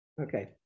Okay